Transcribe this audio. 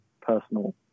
personal